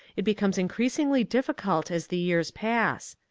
it becomes increasingly difficult as the years pass.